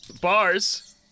bars